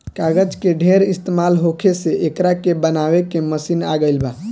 कागज के ढेर इस्तमाल होखे से एकरा के बनावे के मशीन आ गइल बा